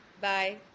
Bye